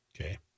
Okay